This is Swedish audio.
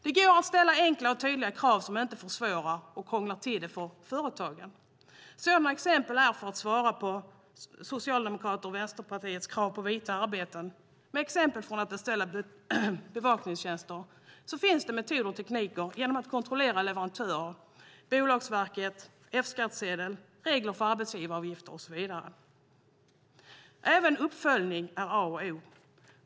Det går att ställa enkla och tydliga krav som inte försvårar och krånglar till det för företagen. För att svara på Socialdemokraternas och Vänsterpartiets krav på "vita arbeten" finns exemplet med att beställa bevakningstjänster. Det finns metoder och tekniker. Det är fråga om att kontrollera leverantören, Bolagsverket, F-skattsedel, regler för arbetsgivaravgifter och så vidare. Även uppföljning är A och O.